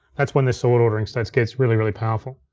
that's when this sort ordering starts gets really, really powerful.